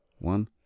One